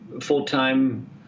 full-time